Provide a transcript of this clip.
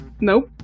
Nope